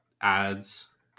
ads